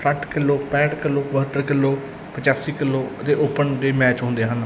ਸੱਠ ਕਿਲੋ ਪੈਂਹਠ ਕਿਲੋ ਬਹੱਤਰ ਕਿਲੋ ਪਚਾਸੀ ਕਿਲੋ ਦੇ ਓਪਨ ਦੇ ਮੈਚ ਹੁੰਦੇ ਹਨ